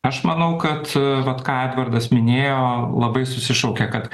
aš manau kad vat ką edvardas minėjo labai susišaukia kad